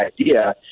idea